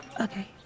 Okay